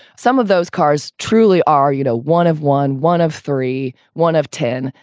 some of those cars truly are, you know, one of one, one of three, one of ten.